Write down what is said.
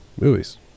movies